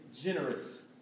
generous